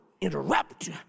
interrupt